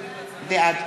בעד